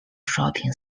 shopping